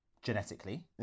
genetically